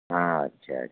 हाँ अच्छा अच्छा